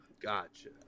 Gotcha